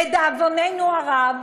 לדאבוננו הרב,